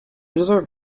deserve